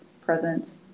present